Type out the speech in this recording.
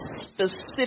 specific